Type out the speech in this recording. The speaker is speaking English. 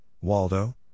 Waldo